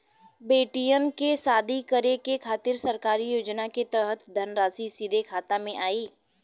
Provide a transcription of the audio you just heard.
बेटियन के शादी करे के खातिर सरकारी योजना के तहत धनराशि सीधे खाता मे आई?